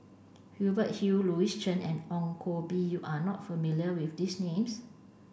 Hubert Hill Louis Chen and Ong Koh Bee you are not familiar with these names